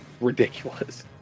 ridiculous